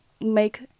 make